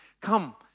come